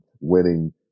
winning